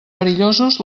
perillosos